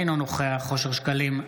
אינו נוכח אושר שקלים,